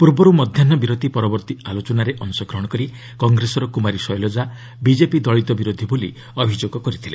ପୂର୍ବରୁ ମଧ୍ୟାହ୍ନ ବିରତି ପରବର୍ତ୍ତୀ ଆଲୋଚନାରେ ଅଂଶଗ୍ରହଣ କରି କଂଗ୍ରେସର କୁମାରୀ ଶୈଳଜା ବିଜେପି ଦଳିତ ବିରୋଧୀ ବୋଲି ଅଭିଯୋଗ କରିଥିଲେ